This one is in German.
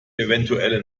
eventuelle